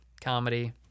comedy